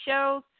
shows